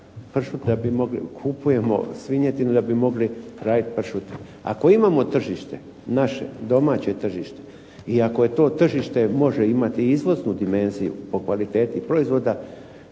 da bi mogli, kupujemo svinjetinu da bi mogli raditi pršut. Ako imamo tržište naše domaće tržište, i ako je to tržište može imati izvoznu dimenziju po kvaliteti proizvoda,